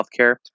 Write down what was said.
healthcare